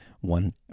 one